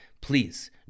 please